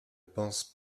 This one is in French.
pensent